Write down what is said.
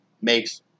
makes